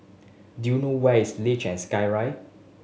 do you know where is Luge and Skyride